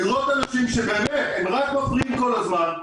לראות אנשים שרק מפריעים כל הזמן.